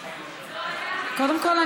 קודם כול,